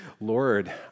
Lord